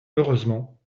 heureusement